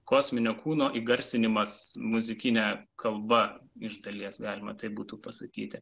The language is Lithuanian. kosminio kūno įgarsinimas muzikine kalba iš dalies galima taip būtų pasakyti